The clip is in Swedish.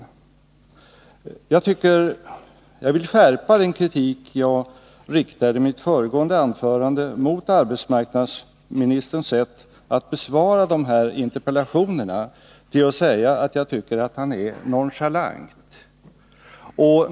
Jag vill skärpa den kritik som jag i mitt föregående anförande riktade mot arbetsmarknadsministerns sätt att besvara de här interpellationerna med att säga att jag tycker att han är nonchalant.